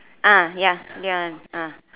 ah ya ya ah